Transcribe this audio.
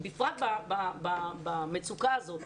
בפרט במצוקה הזאת,